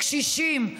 לקשישים,